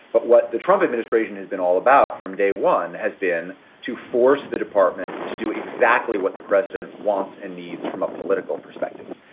but what the trump administration has been all about from day one has been to force the department to do exactly what the president wants and needs from a political perspective,